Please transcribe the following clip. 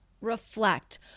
reflect